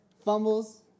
Fumbles